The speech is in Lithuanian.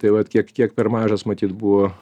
tai vat kiek kiek per mažas matyt buvo